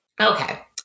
Okay